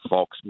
Fox